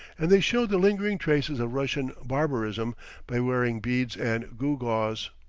and they show the lingering traces of russian barbarism by wearing beads and gewgaws.